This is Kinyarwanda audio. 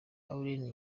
alain